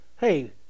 hey